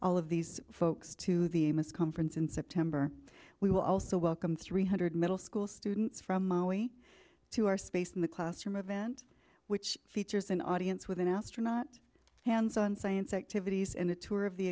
all of these folks to the amos conference in september we will also welcome three hundred middle school students from to our space in the classroom event which features an audience with an astronaut hands on science activities and a tour of the